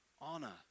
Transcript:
honor